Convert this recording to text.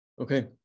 Okay